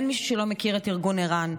אין מישהו שלא מכיר את ארגון ער"ן.